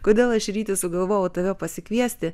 kodėl aš ryti sugalvojau tave pasikviesti